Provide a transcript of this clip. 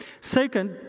Second